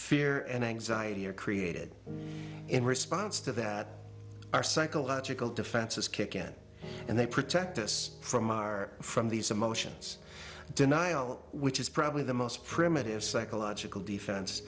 fear and anxiety are created in response to there are psychological defenses kick in and they protect us from our from these emotions denial which is probably the most primitive